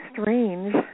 strange